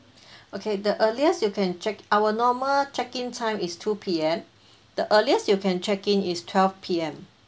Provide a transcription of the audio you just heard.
okay the earliest you can check our normal check in time is two P_M the earliest you can check in is twelve P_M